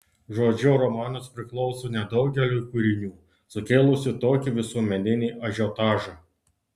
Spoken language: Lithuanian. žodžiu romanas priklauso nedaugeliui kūrinių sukėlusių tokį visuomeninį ažiotažą